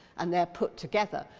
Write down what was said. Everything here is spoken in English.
and they are put together,